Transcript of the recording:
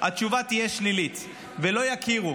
התשובה תהיה שלילית ולא יכירו